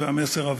והמסר עבר.